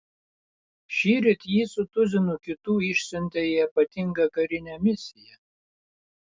šįryt jį su tuzinu kitų išsiuntė į ypatingą karinę misiją